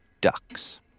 ducks